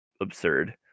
absurd